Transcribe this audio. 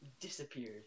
disappeared